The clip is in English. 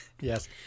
Yes